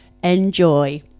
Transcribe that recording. Enjoy